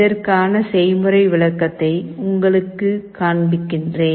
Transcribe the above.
இதற்கான செய்முறை விளக்கத்தை உங்களுக்குக் காண்பிக்கிறேன்